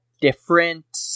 different